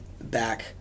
back